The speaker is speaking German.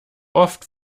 oft